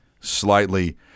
slightly